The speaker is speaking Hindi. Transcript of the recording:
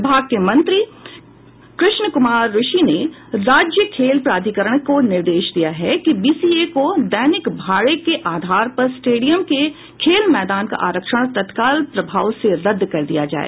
विभाग के मंत्री कृष्ण कुमार ऋषि ने राज्य खेल प्राधिकरण को निर्देश दिया है कि बीसीए को दैनिक भाड़े के आधार पर स्टेडियम के खेल मैदान का आरक्षण तत्काल प्रभाव से रद्द कर दिया जाय